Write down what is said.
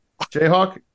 Jayhawk